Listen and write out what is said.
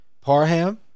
Parham